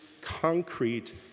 concrete